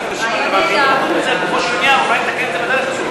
תנסה שוב אולי לתקן את העניין,